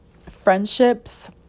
Friendships